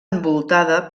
envoltada